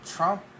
Trump